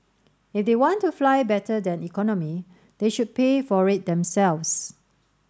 if they want to fly better than economy they should pay for it themselves